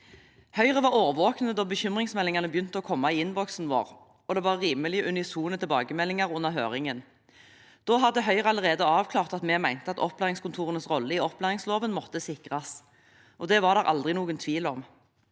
Høyre var årvåkne da bekymringsmeldingene begynte å komme i innboksen vår, og det var rimelig unisone tilbakemeldinger under høringen. Da hadde Høyre allerede avklart at vi mente at opplæringskontorenes rolle i opplæringsloven måtte sikres, og det var det aldri noen tvil om.